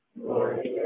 Lord